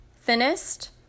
thinnest